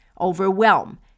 overwhelm